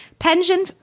Pension